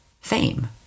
fame